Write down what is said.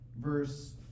Verse